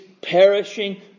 perishing